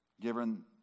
Given